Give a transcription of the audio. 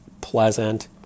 pleasant